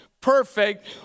perfect